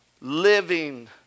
Living